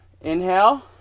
inhale